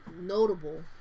notable